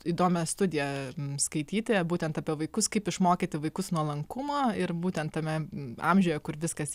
įdomią studiją skaityti būtent apie vaikus kaip išmokyti vaikus nuolankumo ir būtent tame amžiuje kur viskas